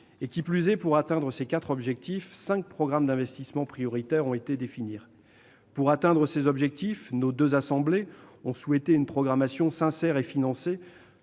qui n'est pas rien ! En outre, cinq programmes d'investissements prioritaires ont été définis. Pour atteindre ces quatre objectifs, nos deux assemblées ont souhaité une programmation sincère et financée,